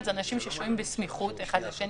זה אנשים ששוהים בסמיכות אחד לשני,